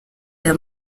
aya